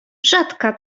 rzadka